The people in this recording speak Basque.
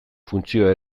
funtzioa